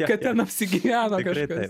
kad ten apsigyveno kažkas